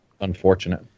Unfortunate